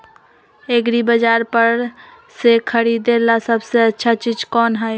एग्रिबाजार पर से खरीदे ला सबसे अच्छा चीज कोन हई?